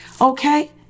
Okay